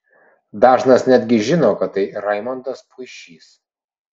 dažnas netgi žino kad tai raimondas puišys